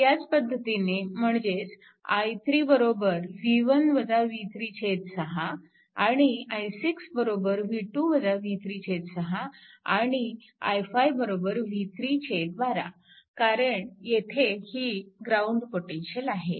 ह्याच पद्धतीने म्हणजे i3 6 आणि i6 6 आणि i5v312 कारण येथे ही ग्राउंड पोटेन्शिअल आहे